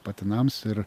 patinams ir